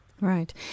Right